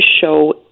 show